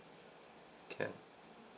can